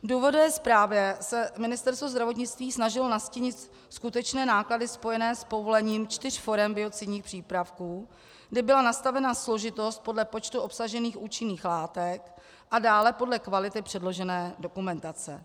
V důvodové zprávě se Ministerstvo zdravotnictví snažilo nastínit skutečné náklady spojené s povolením čtyř forem biocidních přípravků, kdy byla nastavena složitost podle počtu obsažených účinných látek a dále podle kvality předložené dokumentace.